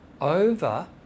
over